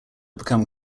become